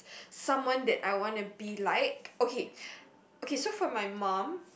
someone that I wanna be like okay okay so for my mum